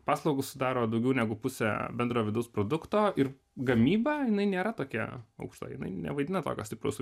paslaugos sudaro daugiau negu pusę bendro vidaus produkto ir gamyba nėra tokia aukšta jinai nevaidina tokio stipraus